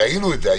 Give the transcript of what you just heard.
ראינו את זה,